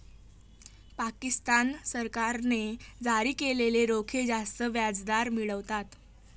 पाकिस्तान सरकारने जारी केलेले रोखे जास्त व्याजदर मिळवतात